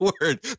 word